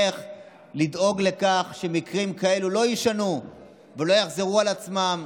לדאוג לכך שמקרים כאלה לא יישנו ולא יחזרו על עצמם.